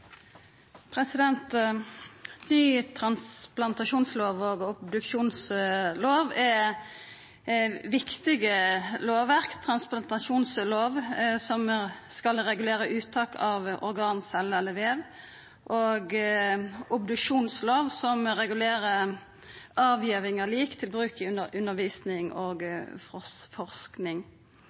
til. Ny transplantasjonslov og ny obduksjonslov er viktige lovverk. Transplantasjonslova skal regulera uttak av organ, celler og vev, og obduksjonslova regulerer avgiving av lik til bruk i undervisning og